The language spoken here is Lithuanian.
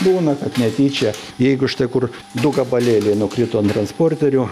būna kad netyčia jeigu štai kur du gabalėliai nukrito ant transporterių